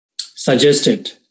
suggested